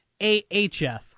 AHF